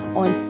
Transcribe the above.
on